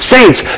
Saints